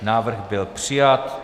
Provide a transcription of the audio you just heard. Návrh byl přijat.